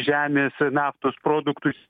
žemės naftos produktus